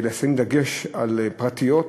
לשים דגש על "פרטיות",